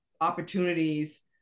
opportunities